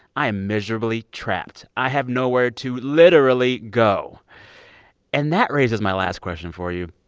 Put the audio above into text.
i am miserably trapped. i have nowhere to literally go and that raises my last question for you.